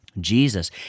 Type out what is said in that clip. Jesus